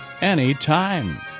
anytime